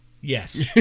Yes